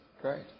great